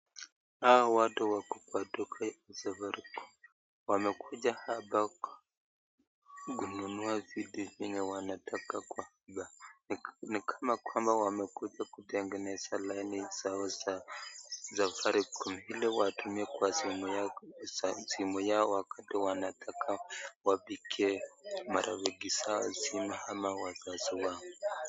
Hawa watu wako kwa duka ya Safaricom , wamekuja hapa kunua vitu zenye wanataka kwa hapa, ni kama wamekuja kutengeneza laini zao za Safaricom ili watumie kwa simu yao wakati wanataka wapigie marafiki wao simu, ama wazazi wao.